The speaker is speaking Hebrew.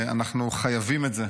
אנחנו חייבים את זה,